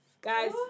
Guys